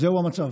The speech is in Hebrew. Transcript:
זהו המצב.